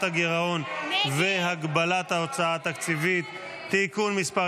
הגירעון והגבלת ההוצאה התקציבית (תיקון מס'